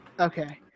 Okay